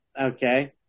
okay